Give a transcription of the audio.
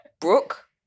Brooke